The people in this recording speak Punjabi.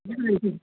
ਹਮ